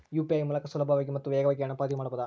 UPI ಮೂಲಕ ಸುಲಭವಾಗಿ ಮತ್ತು ವೇಗವಾಗಿ ಹಣ ಪಾವತಿ ಮಾಡಬಹುದಾ?